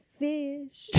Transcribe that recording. fish